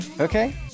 Okay